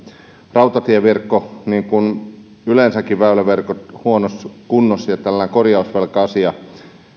rautatieverkko niin kuin yleensäkin väyläverkot huonossa kunnossa ja tällainen korjausvelka asia